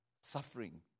suffering